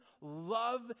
love